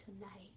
tonight